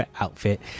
outfit